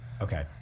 Okay